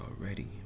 already